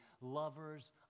lovers